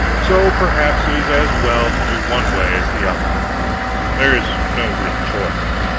so perhaps it is as well to do one way as the other there is no real choice.